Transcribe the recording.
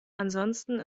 ansonsten